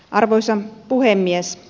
arvoisa puhemies